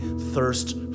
thirst